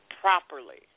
properly